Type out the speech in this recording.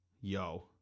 yo